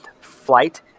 flight